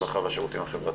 הרווחה והשירותים החברתיים.